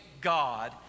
God